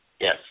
Yes